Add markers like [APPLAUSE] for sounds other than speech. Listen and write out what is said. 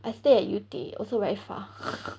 I stay at yew tee also very far [LAUGHS]